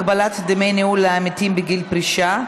הגבלת דמי ניהול לעמיתים בגיל פרישה),